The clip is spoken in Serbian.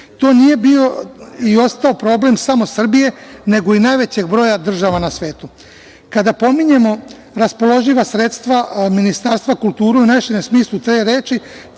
To nije bio i ostao problem samo Srbije nego i najvećeg broja država na svetu. Kada pominjemo raspoloživa sredstva Ministarstva kulture, u najširem smislu te reči